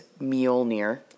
Mjolnir